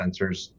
sensors